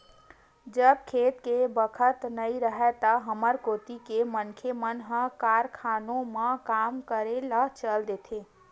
जब खेती के बखत नइ राहय त हमर कोती के मनखे मन ह कारखानों म काम करे ल चल देथे